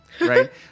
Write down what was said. right